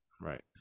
Right